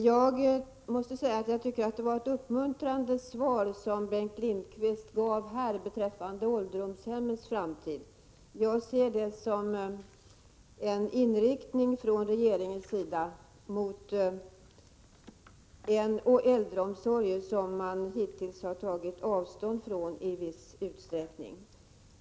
Herr talman! Jag tycker att det var ett uppmuntrande svar som Bengt Lindqvist gav här beträffande ålderdomshemmens framtid. Jag ser det som en inriktning från regeringens sida mot den äldreomsorg som man hittills har tagit avstånd ifrån i viss utsträckning.